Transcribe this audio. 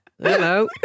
Hello